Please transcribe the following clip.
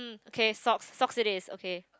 okay socks socks it is okay